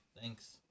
Thanks